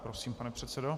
Prosím, pane předsedo.